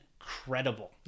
incredible